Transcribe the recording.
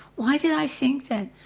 why did i think that?